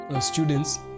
students